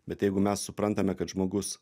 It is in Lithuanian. bet jeigu mes suprantame kad žmogus